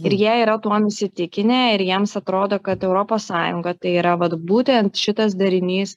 ir jie yra tuom įsitikinę ir jiems atrodo kad europos sąjungą tai yra vat būtent šitas darinys